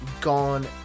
Gone